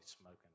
smoking